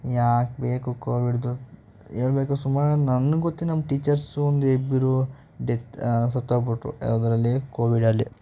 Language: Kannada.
ಯಾಕೆ ಬೇಕು ಕೋವಿಡ್ದು ಹೇಳ್ಬೇಕು ಸುಮಾರೊಂದು ನನ್ಗೆ ಗೊತ್ತು ನಮ್ಮ ಟೀಚರ್ಸ್ ಒಂದು ಇಬ್ಬರು ಡೆತ್ ಸತ್ತೋಗ್ಬಿಟ್ರು ಯಾವುದ್ರಲ್ಲಿ ಕೋವಿಡಲ್ಲಿ